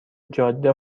جاده